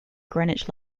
greenwich